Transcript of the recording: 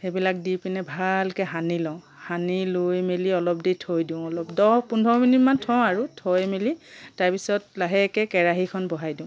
সেইবিলাক দিকিনে ভালকৈ সানি লওঁ সানি লৈ মেলি অলপ দেৰি থৈ দিওঁ অলপ দহ পোন্ধৰ মিনিটমান থওঁ আৰু থৈ মেলি তাৰপিছত লাহেকৈ কেৰাহীখন বহাই দিওঁ